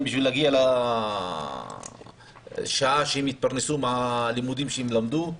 כדי להגיע לשעה שהם יתפרנסו מהלימודים שהם למדו.